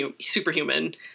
superhuman